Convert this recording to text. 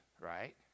right